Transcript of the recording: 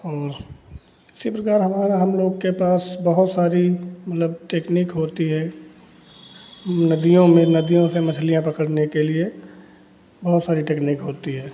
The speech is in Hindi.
और इसी प्रकार हमारा हम लोग के पास बहुत सारी मतलब टेक्नीक होती है नदियों में नदियों से मछलियाँ पकड़ने के लिए बहुत सारी टेक्नीक होती है